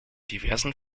diversen